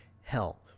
Hell